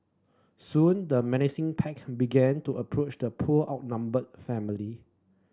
soon the menacing pack began to approach the poor outnumbered family